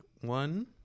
one